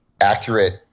accurate